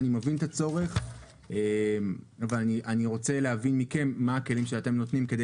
אני מבין את הצורך אבל אני רוצה להבין מכם מה הכלים שאתם נותנים כדי